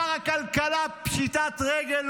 שר הכלכלה בפשיטת רגל,